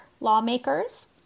lawmakers